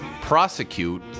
prosecute